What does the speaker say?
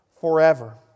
forever